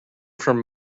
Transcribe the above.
from